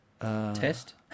test